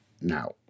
Now